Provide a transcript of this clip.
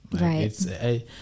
Right